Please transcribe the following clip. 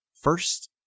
first